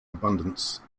abundance